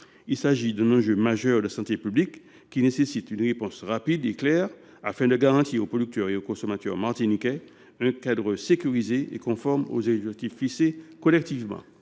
Il s’agit d’un enjeu majeur de santé publique, qui rend nécessaire une réponse rapide et claire, afin de garantir aux producteurs et aux consommateurs martiniquais un cadre sécurisé et conforme aux objectifs fixés collectivement.